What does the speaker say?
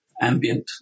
ambient